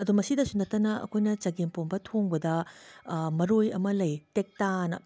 ꯑꯗꯣ ꯃꯁꯤꯗꯁꯨ ꯅꯠꯇꯅ ꯑꯩꯈꯣꯏꯅ ꯆꯒꯦꯝꯄꯣꯝꯕ ꯊꯣꯡꯕꯗ ꯃꯔꯣꯏ ꯑꯃ ꯂꯩꯌꯦ ꯇꯦꯛꯇꯥ ꯑꯅ